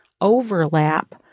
overlap